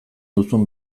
duzun